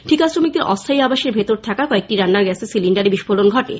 ঠিকা শ্রমিকদের অস্থায়ী আবাসের ভেতরে থাকা কয়েকটি রান্নার গ্যাসের সিলিন্ডারে বিস্ফোরণ ঘটে